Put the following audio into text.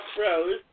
Rose